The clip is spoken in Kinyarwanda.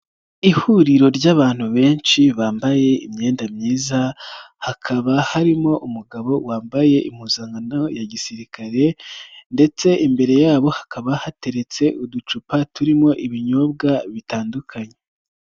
Ihuriro ry'abantu benshi bambaye imyenda myiza hakaba harimo umugabo wambaye impuzankano ya gisirikare ndetse imbere yabo hakaba hateretse uducupa turimo ibinyobwa bitandukanye.